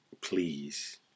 please